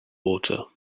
water